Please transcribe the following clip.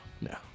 no